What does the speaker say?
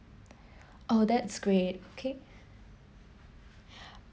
oh that's great okay